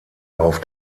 auf